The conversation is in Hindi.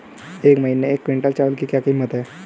इस महीने एक क्विंटल चावल की क्या कीमत है?